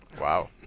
Wow